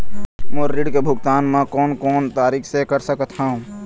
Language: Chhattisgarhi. मोर ऋण के भुगतान म कोन कोन तरीका से कर सकत हव?